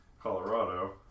Colorado